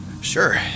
Sure